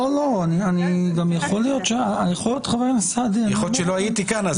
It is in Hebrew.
יכול להיות שלא הייתי כאן.